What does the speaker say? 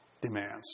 demands